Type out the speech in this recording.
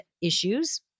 issues